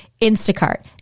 Instacart